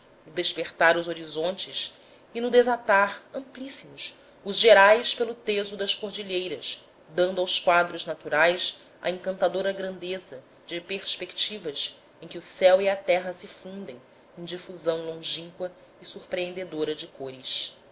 desapertar os horizontes e no desatar amplíssimos os gerais pelo teso das cordilheiras dando aos quadros naturais a encantadora grandeza de perspectivas em que o céu e a terra se fundem em difusão longínqua e surpreendedora de cores